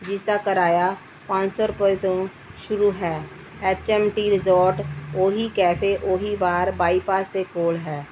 ਜਿਸ ਦਾ ਕਿਰਾਇਆ ਪੰਜ ਸੌ ਰੁਪਏ ਤੋਂ ਸ਼ੁਰੂ ਹੈ ਐੱਚ ਐੱਮ ਟੀ ਰਿਜ਼ੋਰਟ ਉਹੀ ਕੈਫੇ ਉਹੀ ਬਾਰ ਬਾਈਪਾਸ ਦੇ ਕੋਲ ਹੈ